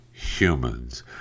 humans